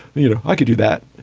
you know, i could do that.